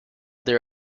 their